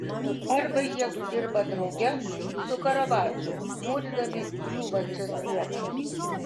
arba jiedu dirba drauge su karavadžu mūrydami griūvančią sieną